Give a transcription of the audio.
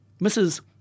Mrs